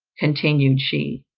continued she,